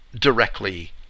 directly